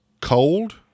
cold